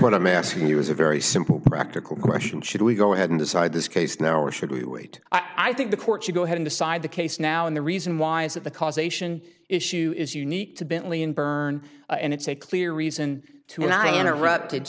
what i'm asking you is a very simple practical question should we go ahead and decide this case now or should we wait i think the court should go ahead and decide the case now and the reason why is that the causation issue is unique to bentley and byrne and it's a clear reason to not interrupted